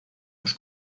los